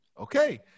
Okay